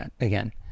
again